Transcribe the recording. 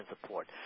support